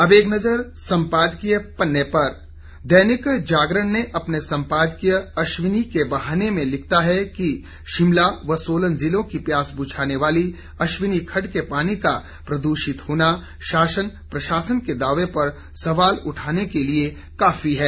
अब एक नज़र सम्पादकीय पन्ने पर दैनिक जागरण ने अपने सम्पादकीय अश्विनी के बहाने में लिखता है कि शिमला व सोलन जिलों की प्यास बुझाने वाली अश्विनी खड्ड के पानी का प्रदूषित होना शासन प्रशासन के दावे पर सवाल उठाने के लिये काफी है